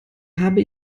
habe